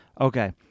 Okay